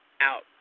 out